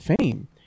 Fame